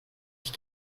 ich